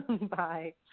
Bye